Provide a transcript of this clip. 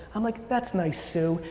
i'm like, that's nice, sue.